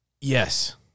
Yes